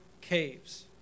caves